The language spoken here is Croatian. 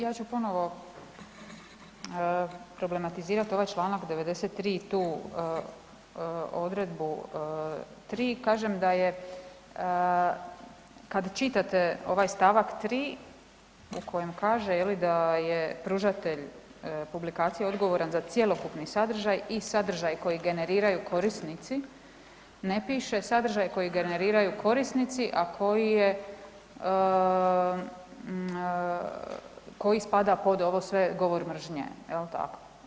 Ja ću ponovo problematizirati ovaj čl. 93, tu odredbu 3, kažem da je, kad čitate ovaj st. 3 u kojem kaže, je li, da je pružatelj publikacije odgovoran za cjelokupni sadržaj i sadržaj koji generiraju korisnici, ne piše sadržaj koji generiraju korisnici, a koji je, koji spada po ovo sve, govor mržnje, je li tako?